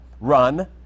run